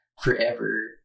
forever